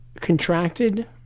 contracted